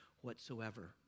whatsoever